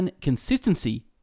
Consistency